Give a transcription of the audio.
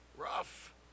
rough